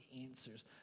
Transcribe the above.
answers